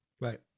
Right